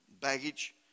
baggage